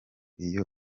iyo